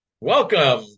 Welcome